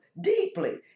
deeply